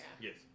Yes